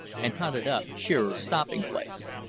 and hunted up shearer's stopping-place.